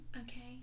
Okay